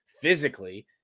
physically